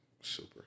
super